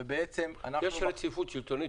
--- יש רציפות שלטונית.